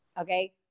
okay